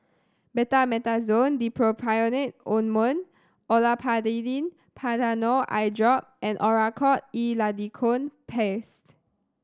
Betamethasone Dipropionate Ointment Olopatadine Patanol Eyedrop and Oracort E Lidocaine Paste